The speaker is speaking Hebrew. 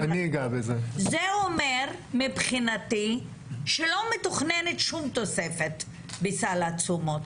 זה אומר מבחינתי שלא מתוכננת שום תוספת בסל התשומות.